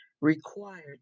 required